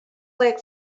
leg